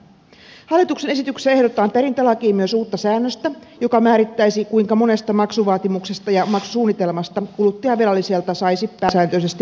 hallituksen esityksessä ehdotetaan perintälakiin myös uutta säännöstä joka määrittäisi kuinka monesta maksuvaatimuksesta ja maksusuunnitelmasta kuluttajavelalliselta saisi pääsääntöisesti vaatia kuluja